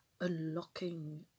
unlocking